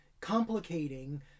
complicating